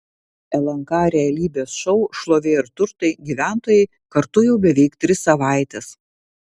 lnk realybės šou šlovė ir turtai gyventojai kartu jau beveik tris savaites